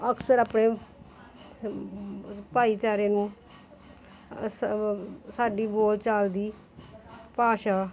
ਅਕਸਰ ਆਪਣੇ ਭਾਈਚਾਰੇ ਨੂੰ ਸਾਡੀ ਬੋਲਚਾਲ ਦੀ ਭਾਸ਼ਾ